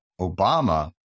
Obama